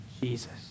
Jesus